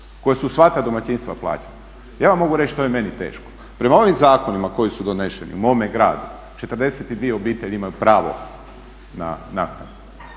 koje su svaka domaćinstva plaćala? Ja vam mogu reći što je meni teško. Prema ovim zakonima koji su doneseni u mome gradu 42 obitelji imaju pravo na naknadu